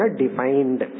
defined